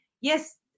Yes